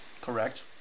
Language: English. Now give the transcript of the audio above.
Correct